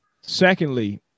Secondly